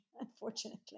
unfortunately